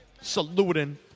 saluting